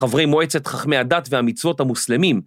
חברי מועצת חכמי הדת והמצוות המוסלמים.